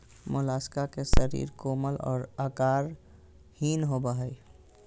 Mollusca के शरीर कोमल और आकारहीन होबय हइ